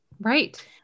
right